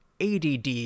ADD